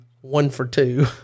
one-for-two